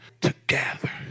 together